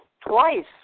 twice